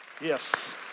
Yes